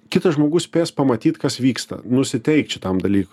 kitas žmogus spės pamatyt kas vyksta nusiteikt šitam dalykui